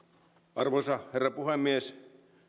arvoisa herra puhemies